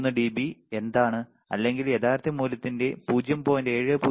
3 dB എന്താണ് അല്ലെങ്കിൽ യഥാർത്ഥ മൂല്യത്തിന്റെ 0